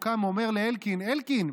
הוא קם ואומר לאלקין: אלקין,